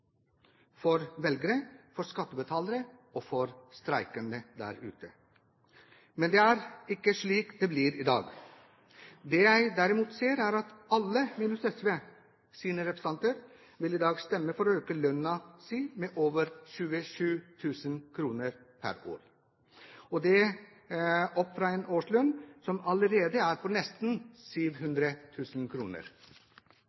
for velgere, for skattebetalere og for streikende der ute. Men det er ikke slik det blir i dag. Det jeg derimot ser, er at alle, minus SVs representanter, i dag vil stemme for å øke lønnen sin med over 27 000 kr pr. år, og det opp fra en årslønn som allerede er på nesten